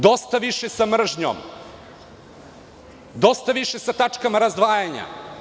Dosta više sa mržnjom i dosta više sa tačkama razdvajanja.